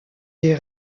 des